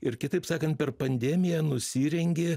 ir kitaip sakant per pandemiją nusirengė